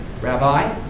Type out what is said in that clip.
Rabbi